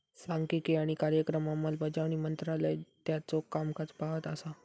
सांख्यिकी आणि कार्यक्रम अंमलबजावणी मंत्रालय त्याचो कामकाज पाहत असा